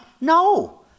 No